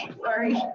sorry